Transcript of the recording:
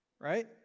right